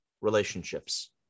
relationships